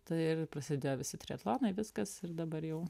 tai ir prasidėjo visi triatlonai viskas ir dabar jau